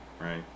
right